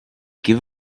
give